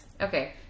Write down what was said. Okay